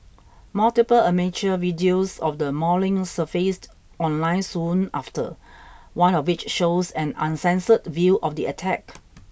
multiple amateur videos of the mauling surfaced online soon after one of which shows an uncensored view of the attack